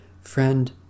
Friend